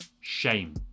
shame